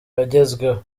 wagezweho